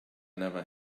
never